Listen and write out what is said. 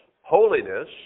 holiness